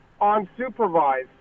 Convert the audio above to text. unsupervised